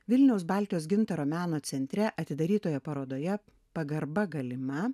vilniaus baltijos gintaro meno centre atidarytoje parodoje pagarba galima